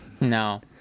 no